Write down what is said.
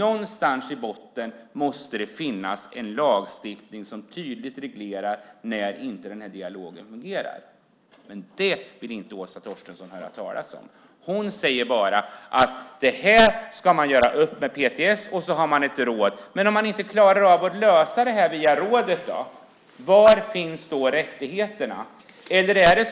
Någonstans i botten måste det finnas en lagstiftning med en tydlig reglering när dialogen inte fungerar. Men det vill Åsa Torstensson inte höra talas om. Hon säger bara att det ska ske en uppgörelse med PTS och detta råd. Men var finns rättigheterna om man inte klarar av att lösa problemet med hjälp av rådet?